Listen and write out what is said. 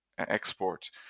export